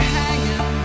hanging